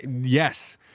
yes